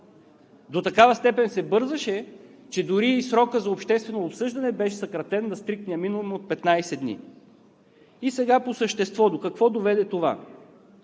До такава степен се бързаше, че дори срокът за обществено обсъждане беше съкратен на стриктния минимум от 15 дни. И сега по същество: до какво доведе това?